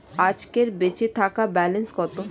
আজকের বেচে থাকা ব্যালেন্স কত?